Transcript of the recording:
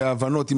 לראות